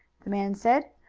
the man said.